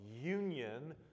union